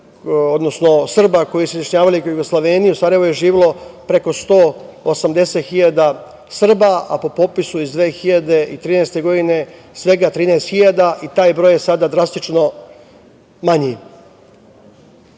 odnosno Srba koji su se izjašnjavali kao Jugosloveni, u Sarajevu je živelo preko 180.000 Srba, a po popisu iz 2013. godine svega 13.000 i taj broj je sada drastično